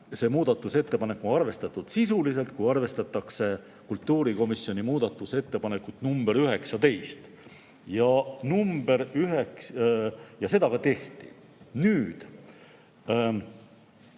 see muudatusettepanek on arvestatud sisuliselt, kui arvestatakse kultuurikomisjoni muudatusettepanekut nr 19. Ja seda ka tehti. Nüüd,